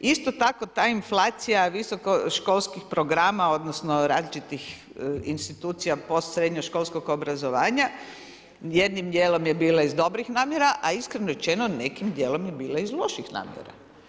Isto tako ta inflacija visokoškolskih programa, odnosno, različitih institucija postsrednješkolskog obrazovanja, jednim dijelom je bila iz dobrih namjera, a iskreno rečeno, nekim dijelom je bila iz loših namjera.